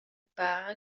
para